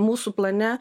mūsų plane